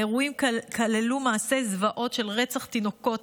האירועים כללו מעשי זוועות של רצח תינוקות,